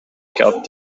card